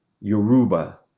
Yoruba